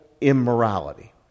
immorality